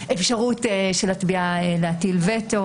אפשרות של התביעה להטיל וטו,